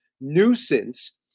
nuisance